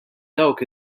dawk